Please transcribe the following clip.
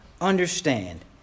understand